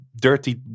dirty